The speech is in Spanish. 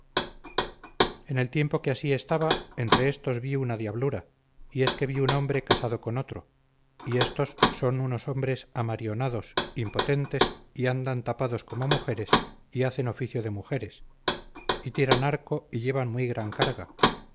en el tiempo que así estaba entre éstos vi una diablura y es que vi un hombre casado con otro y éstos son unos hombres amarionados impotentes y andan tapados como mujeres y hacen oficio de mujeres y tiran arco y llevan muy gran carga